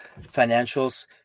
financials